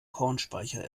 kornspeicher